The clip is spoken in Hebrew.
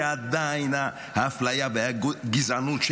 שעדיין האפליה והגזענות,